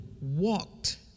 walked